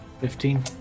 fifteen